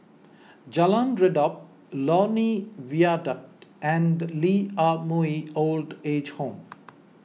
Jalan Redop Lornie Viaduct and Lee Ah Mooi Old Age Home